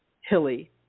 hilly